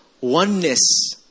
oneness